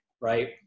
right